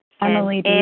Emily